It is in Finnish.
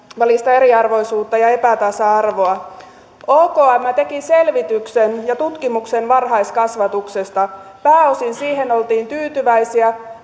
välistä eriarvoisuutta ja epätasa arvoa okm teki selvityksen ja tutkimuksen varhaiskasvatuksesta pääosin siihen oltiin tyytyväisiä